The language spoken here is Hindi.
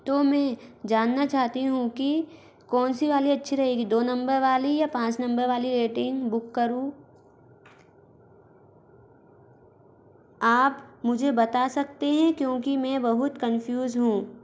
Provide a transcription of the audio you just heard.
तो में जानना चाहती हूँ कि कौनसी वाली अच्छी रहेगी दो नंबर वाली या पाँच नंबर वाली रेटिंग बुक करूँ आप मुझे बता सकते हैं क्योंकि मैं बहुत कन्फ़्यूज़ हूँ